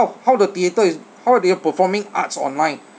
how the theatre is how they are performing arts online